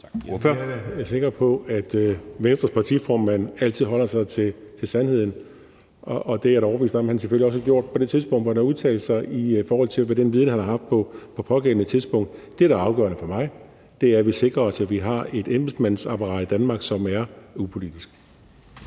Jeg er da sikker på, at Venstres partiformand altid holder sig til sandheden, og det er jeg da overbevist om at han selvfølgelig også har gjort på det tidspunkt, hvor han har udtalt sig i forhold til den viden, han havde på det pågældende tidspunkt. Det, der er afgørende for mig, er, at vi sikrer os, at vi har et embedsmandsapparat i Danmark, som er upolitisk.